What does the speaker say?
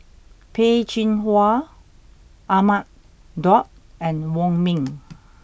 Peh Chin Hua Ahmad Daud and Wong Ming